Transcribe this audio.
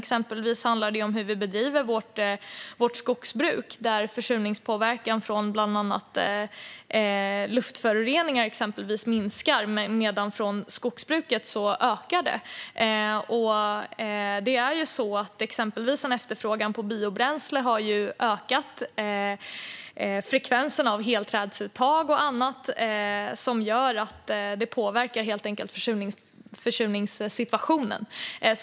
Exempelvis handlar det om hur vi bedriver vårt skogsbruk, med tanke på att försurningspåverkan från exempelvis luftföroreningar minskar medan påverkan från skogsbruket ökar. Exempelvis har efterfrågan på biobränsle ökat frekvensen av helträdsuttag och annat, vilket helt enkelt påverkar försurningssituationen.